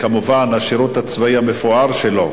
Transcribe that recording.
כמובן, השירות הצבאי המפואר שלו,